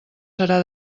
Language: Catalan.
serà